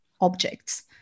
objects